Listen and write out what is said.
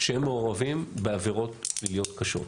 שהם מעורבים בעבירות פליליות קשות,